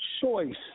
choice